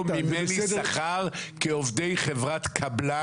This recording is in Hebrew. העובדים קיבלו ממני שכר כעובדי חברת קבלן.